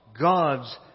God's